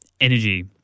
energy